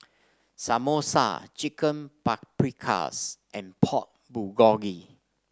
Samosa Chicken Paprikas and Pork Bulgogi